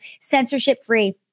censorship-free